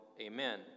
Amen